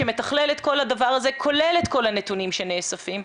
שמתכלל את כל הדבר הזה כולל את כל הנתונים שנאספים,